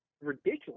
ridiculous